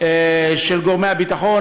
של גורמי הביטחון,